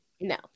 No